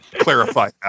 Clarify